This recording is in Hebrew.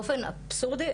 באופן אבסורדי,